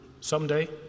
someday